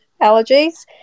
allergies